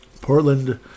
Portland